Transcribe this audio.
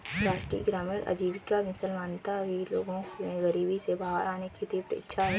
राष्ट्रीय ग्रामीण आजीविका मिशन मानता है कि लोगों में गरीबी से बाहर आने की तीव्र इच्छा है